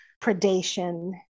predation